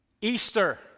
Easter